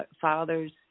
fathers